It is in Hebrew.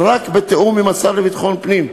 רק בתיאום עם השר לביטחון פנים.